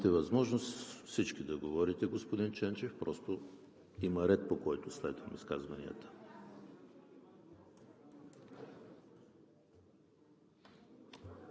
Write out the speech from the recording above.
възможност всички да говорите, господин Ченчев. Има ред, по който следвам изказванията.